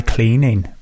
Cleaning